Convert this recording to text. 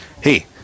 hey